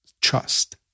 trust